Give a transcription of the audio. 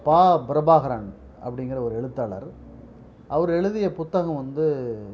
பா பிரபாகரன் அப்படிங்கிற ஒரு எழுத்தாளர் அவர் எழுதிய புத்தகம் வந்து